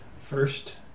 first